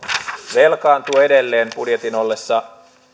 velkaantuu edelleen budjetin ollessa